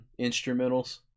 instrumentals